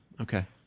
Okay